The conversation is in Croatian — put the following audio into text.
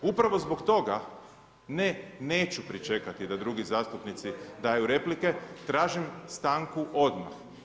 Upravo zbog toga ne, neću pričekati da drugi zastupnici daju replike, tražim stanku odmah.